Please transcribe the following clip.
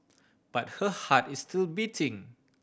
but her heart is still beating